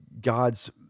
God's